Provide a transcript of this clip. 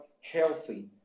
healthy